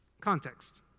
Context